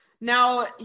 Now